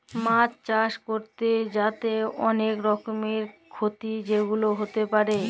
মাছ চাষ ক্যরতে যাঁয়ে অলেক রকমের খ্যতি যেগুলা হ্যতে পারে